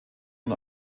von